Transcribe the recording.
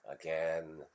again